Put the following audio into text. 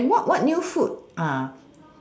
and what what new food ah